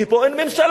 כי פה אין ממשלה.